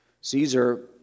Caesar